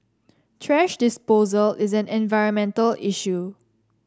thrash disposal is an environmental issue